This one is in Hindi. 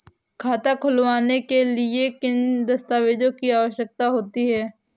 खाता खोलने के लिए किन दस्तावेजों की आवश्यकता होती है?